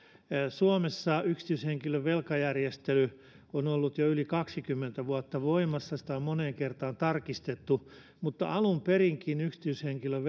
suomessa yksityishenkilön velkajärjestely on ollut jo yli kaksikymmentä vuotta voimassa sitä on moneen kertaan tarkistettu mutta alun perinkin yksityishenkilön